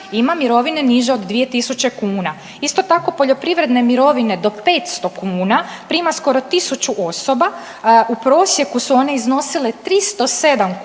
ima mirovine niže od 2.000 kuna. Isto tako poljoprivredne mirovine do 500 kuna prima skoro 1.000 osoba. U prosjeku su one iznosile 307 kuna